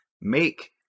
Make